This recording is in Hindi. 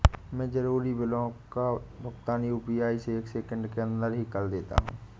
मैं जरूरी बिलों का भुगतान यू.पी.आई से एक सेकेंड के अंदर ही कर देता हूं